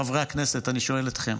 חברי הכנסת, אני שואל אתכם.